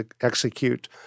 execute